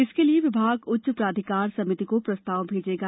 इसके लिये विभाग उच्च प्राधिकार समिति को प्रस्ताव भेजेगा